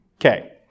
Okay